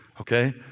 Okay